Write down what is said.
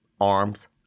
arms